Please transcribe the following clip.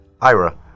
Ira